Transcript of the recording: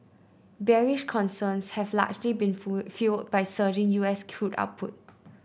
bearish concerns have largely been fuelled by surging U S crude output